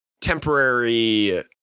temporary